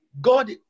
God